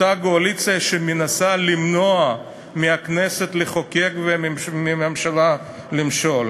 אותה גועליציה שמנסה למנוע מהכנסת לחוקק ומהממשלה למשול.